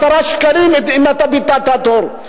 10 שקלים אם אתה ביטלת תור.